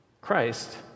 Christ